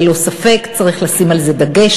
ללא ספק, צריך לשים על זה דגש.